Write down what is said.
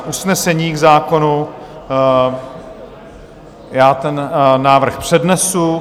Usnesení k zákonu... já ten návrh přednesu.